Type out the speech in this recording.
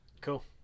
Cool